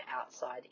outside